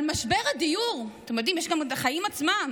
למשבר הדיור, אתם יודעים, יש גם החיים עצמם,